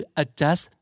adjust